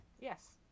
Yes